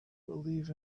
believe